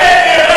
חבר הכנסת מרגי.